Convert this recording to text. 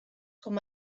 com